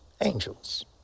angels